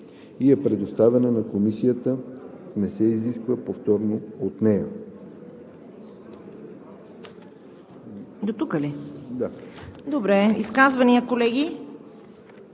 и е предоставена на комисията, не се изисква повторно от нея.“